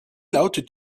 lautet